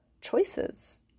choices